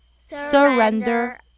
surrender